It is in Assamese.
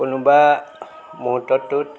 কোনোবা মুহূর্তটোত